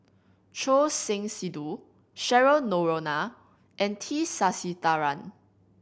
Choor Singh Sidhu Cheryl Noronha and T Sasitharan